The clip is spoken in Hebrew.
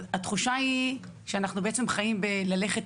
אז התחושה היא שאנחנו בעצם חיים בללכת